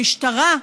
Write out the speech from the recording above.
המשטרה,